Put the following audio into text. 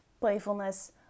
playfulness